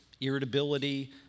irritability